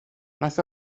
wnaeth